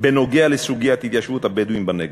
בסוגיית התיישבות הבדואים בנגב.